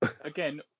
Again